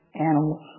animals